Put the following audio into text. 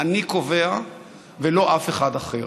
אני קובע ולא אף אחד אחר.